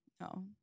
No